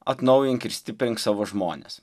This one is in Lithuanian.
atnaujink ir stiprink savo žmones